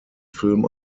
film